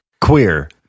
Queer